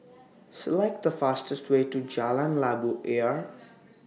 Select The fastest Way to Jalan Labu Ayer